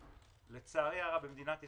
לצערי הרב במדינת ישראל,